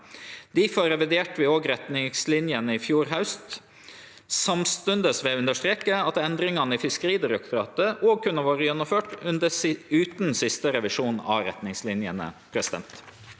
Difor reviderte vi òg retningslinjene i fjor haust. Samstundes vil eg understreke at endringane i Fiskeridirektoratet òg kunne vore gjennomførte utan den siste revisjonen av retningslinjene.